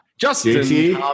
Justin